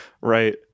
right